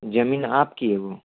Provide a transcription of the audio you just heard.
ज़मीन आपकी है वह